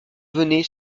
venait